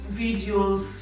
videos